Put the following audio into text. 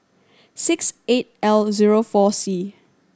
six eight L zero four C